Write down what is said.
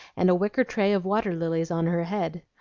and a wicker tray of water-lilies on her head.